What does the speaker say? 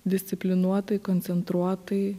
disciplinuotai koncentruotai